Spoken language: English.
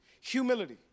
humility